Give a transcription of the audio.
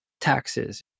taxes